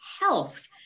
health